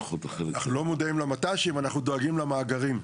אנחנו לא מודעים למת"שים, אנחנו דואגים למאגרים.